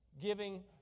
Giving